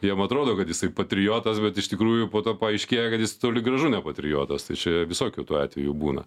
jam atrodo kad jisai patriotas bet iš tikrųjų po to paaiškėja kad jis toli gražu ne patriotas tai čia visokių tų atvejų būna